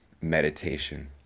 meditation